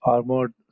Armored